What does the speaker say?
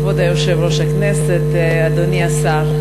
כבוד יושב-ראש הכנסת, אדוני השר,